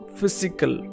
physical